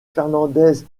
fernández